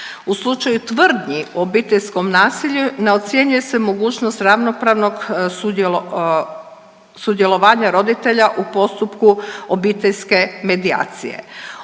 U slučaju tvrdnji o obiteljskom nasilju ne ocjenjuje se mogućnost ravnopravnog sudjelovanja roditelja u postupku obiteljske medijacije.